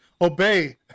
obey